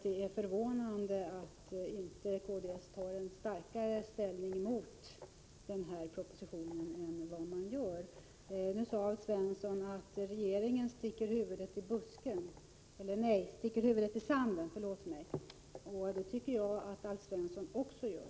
Det är förvånande att kds inte tar starkare ställning mot denna proposition än vad partiets företrädare verkligen gör. Nu sade Alf Svensson att regeringen sticker huvudet i sanden, det tycker jag att Alf Svensson också gör.